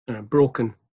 broken